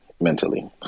mentally